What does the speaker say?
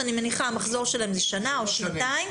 אני מניחה שהמחזור שלהן הוא לשנה או לשנתיים.